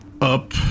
up